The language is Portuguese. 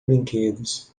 brinquedos